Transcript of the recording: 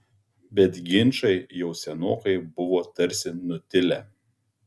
bet ginčai jau senokai buvo tarsi nutilę